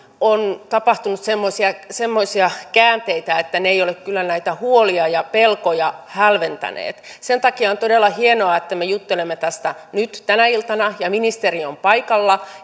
on tapahtunut semmoisia semmoisia käänteitä että ne eivät ole kyllä näitä huolia ja pelkoja hälventäneet sen takia on todella hienoa että me juttelemme tästä nyt tänä iltana ja ministeri on paikalla